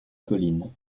colline